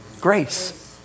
grace